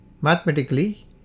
Mathematically